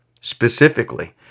Specifically